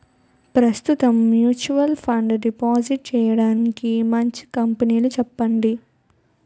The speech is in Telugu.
ప్రస్తుతం మ్యూచువల్ ఫండ్ డిపాజిట్ చేయడానికి మంచి కంపెనీలు చెప్పండి